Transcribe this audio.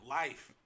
life